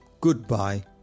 Goodbye